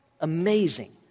amazing